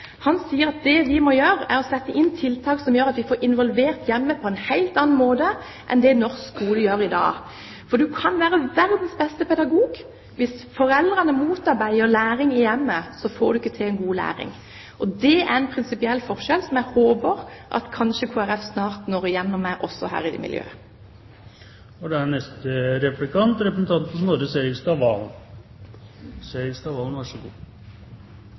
Han sier at det vi må gjøre, er å sette inn tiltak slik at vi involverer hjemmene på en helt annen måte enn det norsk skole gjør i dag. Man kan være verdens beste pedagog, men hvis foreldrene motarbeider læring i hjemmene, får man ikke til en god læring. Det er en prinsipiell forskjell som jeg håper at Kristelig Folkeparti kanskje snart når igjennom med, også her i dette miljøet. Jeg skal ikke sitere Ibsen. Jeg skal sitere Margaret Thatcher, som er